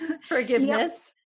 Forgiveness